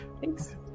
Thanks